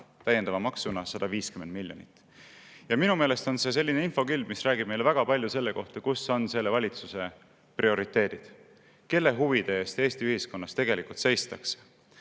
täiendava maksuga ära 150 miljonit. Minu meelest on see selline infokild, mis räägib meile väga palju selle kohta, mis on selle valitsuse prioriteedid ja kelle huvide eest Eesti ühiskonnas tegelikult seistakse.